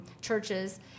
churches